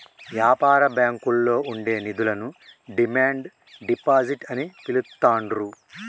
యాపార బ్యాంకుల్లో ఉండే నిధులను డిమాండ్ డిపాజిట్ అని పిలుత్తాండ్రు